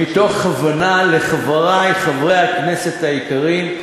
ומתוך הבנה של חברי חברי הכנסת היקרים,